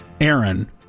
Aaron